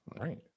right